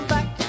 Back